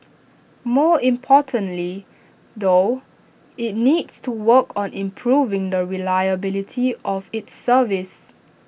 more importantly though IT needs to work on improving the reliability of its service